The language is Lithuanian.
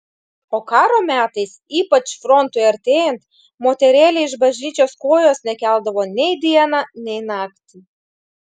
o karo metais ypač frontui artėjant moterėlė iš bažnyčios kojos nekeldavo nei dieną nei naktį